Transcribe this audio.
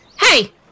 hey